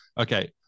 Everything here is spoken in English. okay